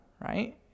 right